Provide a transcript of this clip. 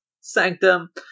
Sanctum